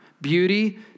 Beauty